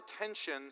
attention